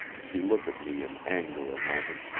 she looked at me in anger a moment,